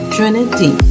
Trinity